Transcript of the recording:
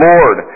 Lord